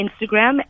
Instagram